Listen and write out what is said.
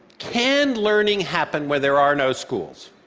can learning happen where there are no schools.